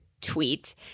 tweet